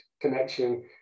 connection